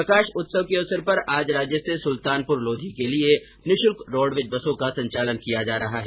प्रकाश उत्सव के अवसर पर आज राज्य से सुल्तानपुर लोधी के लिए निःशुल्क रोडवेज बसों का संचालन किया जा रहा है